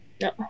No